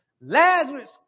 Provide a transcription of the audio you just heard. Lazarus